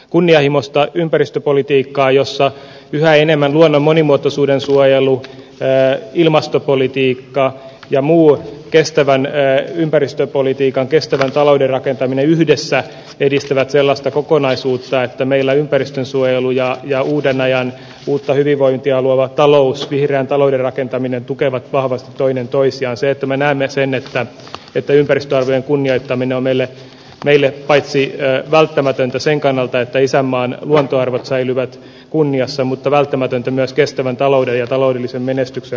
kunnianhimoista ympäristöpolitiikka jossa yhä enemmän luonnon monimuotoisuuden suojelu ja ilmastopolitiikkaa ja muu kestävän ympäristöpolitiikan kestävän talouden rakentaminen yhdessä edistävät sellaista kokonaisuutta että meillä ympäristönsuojelu ja ja uudenajan uutta hyvinvointia luova talous vihreän talouden rakentaminen tukevat vahvasti toinen toisiaan se että me näemme sen eteen että ympäristöarvojen kunnioittaminen on meille meille paitsi välttämätöntä sen kannalta että isänmaan luontoarvot säilyvät kunniassa mutta välttämätöntä myös kestävän talouden ja taloudellisen menestyksen